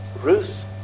Ruth